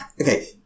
okay